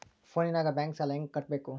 ಫೋನಿನಾಗ ಬ್ಯಾಂಕ್ ಸಾಲ ಹೆಂಗ ಕಟ್ಟಬೇಕು?